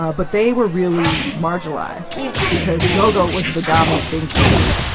ah but they were really marginalized because go-go was the dominant thing to do.